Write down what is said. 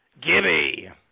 Gibby